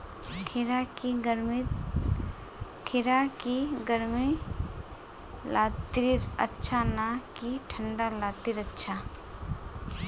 खीरा की गर्मी लात्तिर अच्छा ना की ठंडा लात्तिर अच्छा?